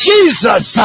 Jesus